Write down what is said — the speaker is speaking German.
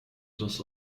das